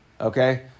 Okay